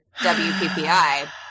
WPPI